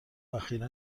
اخیرا